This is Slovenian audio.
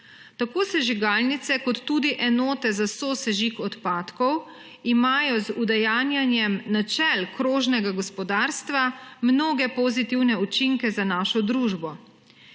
Tako sežigalnice kot tudi enote za sosežig odpadkov imajo z udejanjanjem načel krožnega gospodarstva mnoge pozitivne učinke za našo družbo.